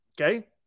okay